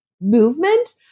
movement